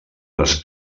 les